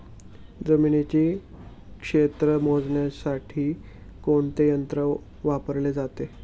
जमिनीचे क्षेत्र मोजण्यासाठी कोणते यंत्र वापरले जाते?